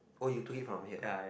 oh you do it from here